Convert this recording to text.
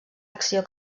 acció